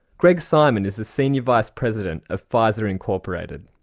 greg simon is the senior vice president of pfizer incorporated.